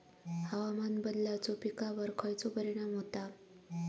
हवामान बदलाचो पिकावर खयचो परिणाम होता?